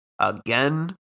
again